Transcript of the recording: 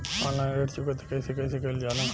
Online ऋण चुकौती कइसे कइसे कइल जाला?